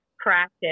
Practice